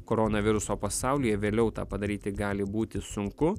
koronaviruso pasaulyje vėliau tą padaryti gali būti sunku